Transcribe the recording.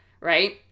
right